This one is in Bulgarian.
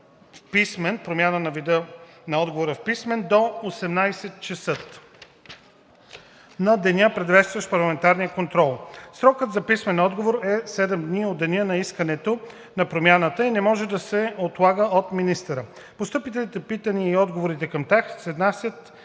на вида на отговора в писмен до 18,00 ч. на деня, предшестващ парламентарния контрол. Срокът за писмения отговор е 7 дни от деня на искането на промяната и не може да се отлага от министъра. Постъпилите питания и отговорите към тях се внасят